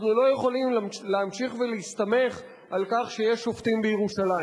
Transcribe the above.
אנחנו לא יכולים להמשיך להסתמך על כך שיש שופטים בירושלים.